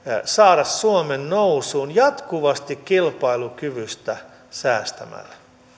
saada suomen nousuun jatkuvasti kilpailukyvystä säästämällä